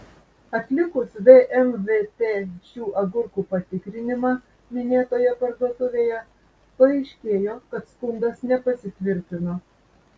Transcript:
atlikus vmvt šių agurkų patikrinimą minėtoje parduotuvėje paaiškėjo kad skundas nepasitvirtino